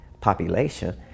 population